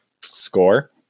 score